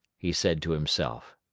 he said to himself.